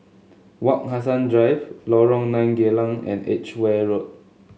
Wak Hassan Drive Lorong Nine Geylang and Edgeware Road